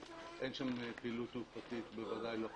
אין שם פעילות תעופתית ודאי לא חוקית.